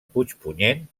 puigpunyent